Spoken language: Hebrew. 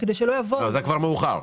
זה כבר מאוחר.